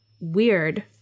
weird